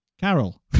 Carol